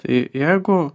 tai jeigu